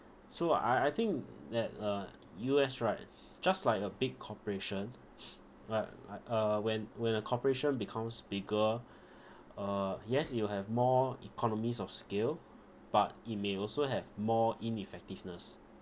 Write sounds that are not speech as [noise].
so I I think that uh U_S right just like a big cooperation [noise] right like uh when when a cooperation becomes bigger uh yes you have more economies of scale but it may also have more ineffectiveness